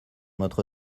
notre